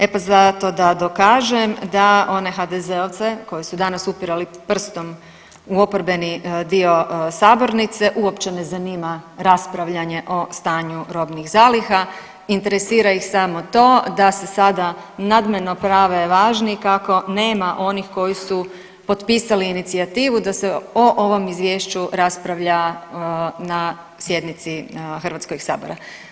E pa zato da dokažem da one HDZ-ovce koji su danas upirali prstom u oporbeni dio sabornice uopće ne zanima raspravljanje o stanju robnih zaliha, interesira ih samo to da se sada nadmeno prave važni kako nema onih koji su potpisali inicijativu da se o ovom Izvješću raspravlja na sjednici HS-a.